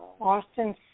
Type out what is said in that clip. Austin